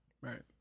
Right